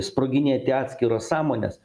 sproginėti atskiros sąmonės